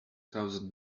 thousand